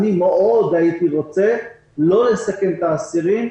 אני מאוד הייתי רוצה לא לסכן את האסירים,